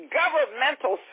governmental